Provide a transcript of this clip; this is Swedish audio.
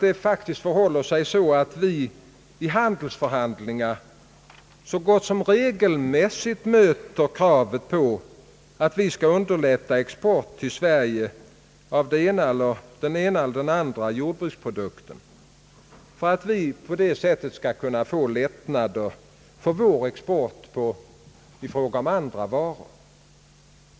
Det förhåller sig faktiskt så, att vi i handelsförhandlingar så gott som regelmässigt möter kravet på att vi skall underlätta export till Sverige av den ena eller andra jordbruksprodukten för att på det sättet kunna få lättnader när det gäller vår export av andra varor.